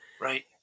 Right